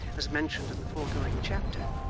as mentioned in the foregoing chapter,